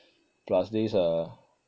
plus this uh